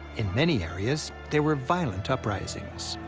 in many areas, there were violent uprisings.